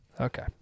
Okay